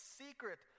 secret